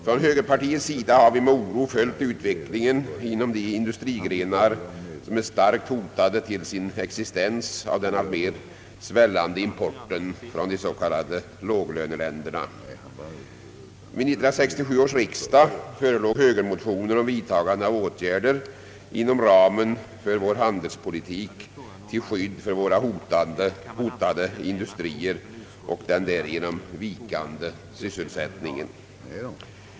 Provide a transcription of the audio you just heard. Från högerpartiets sida har vi med oro följt utvecklingen inom de industrigrenar som är starkt hotade till sin existens av den alltmer svällande importen från de s.k. låglöneländerna. Vid 1967 års riksdag förelåg högermotioner om vidtagande av åtgärder inom ramen för vår handelspolitik till skydd för våra hotade industrier och den därigenom vikande sysselsättningen.